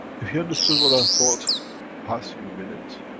if you understood what i thought past few minutes,